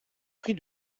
prix